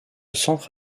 centre